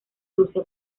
rusia